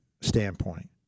standpoint